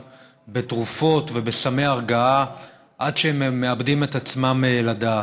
בתרופות ובסמי הרגעה עד שהם מאבדים את עצמם לדעת.